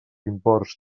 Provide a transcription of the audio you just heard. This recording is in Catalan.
imports